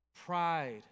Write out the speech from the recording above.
pride